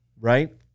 right